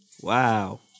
Wow